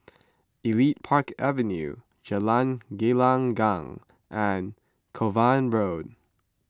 Elite Park Avenue Jalan Gelenggang and Kovan Road